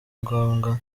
ngombwa